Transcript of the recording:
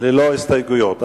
ללא הסתייגויות.